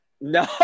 No